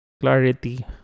Clarity